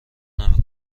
نمی